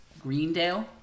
Greendale